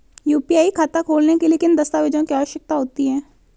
UPI खाता खोलने के लिए किन दस्तावेज़ों की आवश्यकता होती है?